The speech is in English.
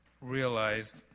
realized